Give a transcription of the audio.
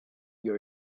you